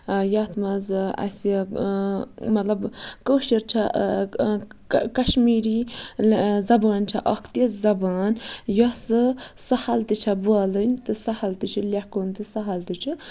یَتھ منٛز اَسہِ مطلب کٲشِر چھےٚ کَشمیٖری زبان چھےٚ اَکھ تِژھ زبان یۄسہٕ سہل تہِ چھےٚ بولٕنۍ تہٕ سہل تہِ چھِ لیکھُن تہٕ سہل تہِ چھِ